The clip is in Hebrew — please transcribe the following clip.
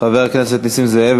חבר הכנסת נסים זאב,